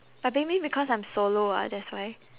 but maybe because I'm solo ah that's why